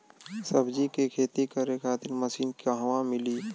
सब्जी के खेती करे खातिर मशीन कहवा मिली?